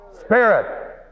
Spirit